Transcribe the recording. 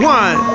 one